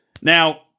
Now